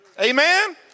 Amen